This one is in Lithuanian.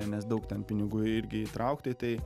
nes daug ten pinigų irgi įtraukta į tai